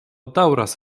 daŭras